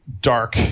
dark